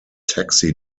taxi